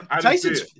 Tyson's